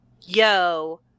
yo